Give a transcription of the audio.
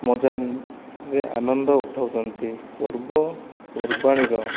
ମଜା ରେ ଆନନ୍ଦ ଉଠାଉଛନ୍ତି ପର୍ବ ପର୍ବାଣିର